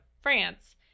France